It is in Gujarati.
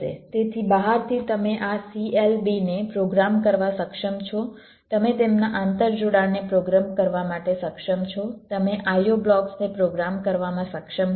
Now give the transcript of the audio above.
તેથી બહારથી તમે આ CLB ને પ્રોગ્રામ કરવા સક્ષમ છો તમે તેમના આંતરજોડાણને પ્રોગ્રામ કરવા માટે સક્ષમ છો તમે IO બ્લોક્સને પ્રોગ્રામ કરવામાં સક્ષમ છો